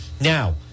Now